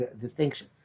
distinction